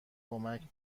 کمک